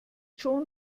schon